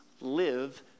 live